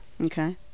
Okay